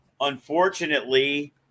unfortunately